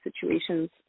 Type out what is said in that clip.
situations